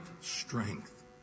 strength